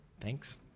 thanks